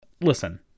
listen